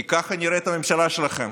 כי ככה נראית הממשלה שלכם,